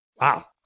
wow